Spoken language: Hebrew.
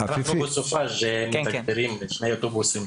אנחנו בסופ"ש מתגברים עם שני אוטובוסים,